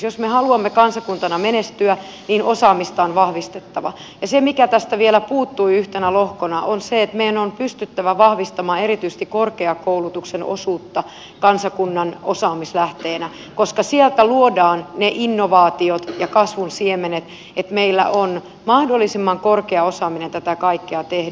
jos me haluamme kansakuntana menestyä osaamista on vahvistettava ja se mikä tästä vielä puuttui yhtenä lohkona on se että meidän on pystyttävä vahvistamaan erityisesti korkeakoulutuksen osuutta kansakunnan osaamislähteenä koska siellä luodaan ne innovaatiot ja kasvun siemenet että meillä on mahdollisimman korkea osaaminen tätä kaikkea tehdä